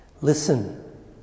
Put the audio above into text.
Listen